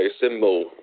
symbol